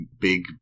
big